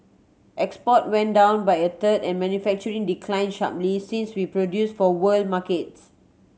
export went down by a third and manufacturing declined sharply since we produced for world markets